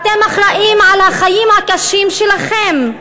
אתם אחראים לחיים הקשים שלכם.